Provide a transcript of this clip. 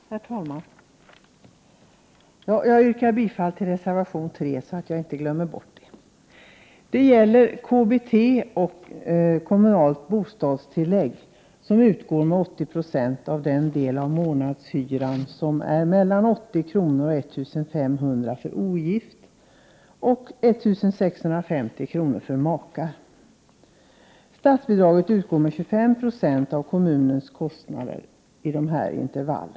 Herr talman! Bara för att jag inte skall glömma bort det yrkar jag redan nu bifall till reservation 3. Det gäller alltså KBT, det kommunala bostadstillägget, som täcker 80 96 av den del av månadshyran som överstiger 80 kr. men som inte är högre än 1 500 kr. för ogift pensionär och 1 650 kr. för makar. Kommunerna får 25 90 statsbidrag för sina KBT-kostnader i dessa intervall.